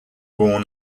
born